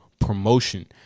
promotion